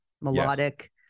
melodic